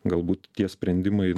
galbūt tie sprendimai